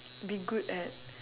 be good at